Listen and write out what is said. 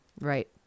Right